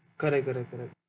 correct correct